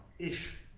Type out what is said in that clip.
ish.